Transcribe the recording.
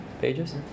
pages